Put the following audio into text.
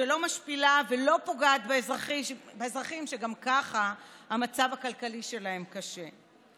שלא משפילה ולא פוגעת באזרחים שגם כך המצב הכלכלי שלהם קשה.